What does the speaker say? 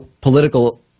political